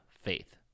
faith